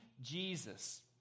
Jesus